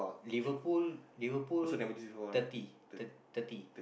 Liverpool Liverpool thirty thir~ thirty